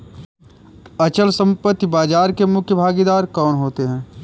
अचल संपत्ति बाजार के मुख्य भागीदार कौन होते हैं?